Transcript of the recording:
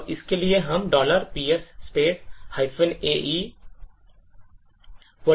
तो इसके लिए हम ps ae